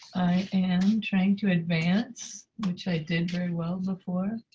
and am trying to advance, which i did very well before.